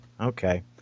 okay